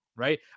Right